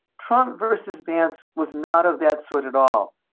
trump versus vance was not of that sort at all.